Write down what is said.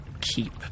keep